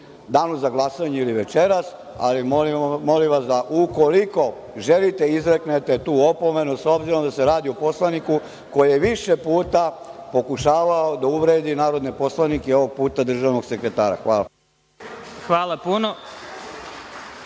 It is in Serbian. Danu za glasanje ili večeras, ali molim vas da ukoliko želite, da izreknete tu opomenu, s obzirom da se radi o poslaniku koji je više puta pokušavao da uvredi narodne poslanike, a ovog puta državnog sekretara. **Vladimir